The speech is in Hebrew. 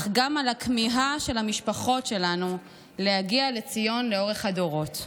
אך גם על שם הכמיהה של המשפחות שלנו להגיע לציון לאורך הדורות.